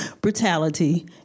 brutality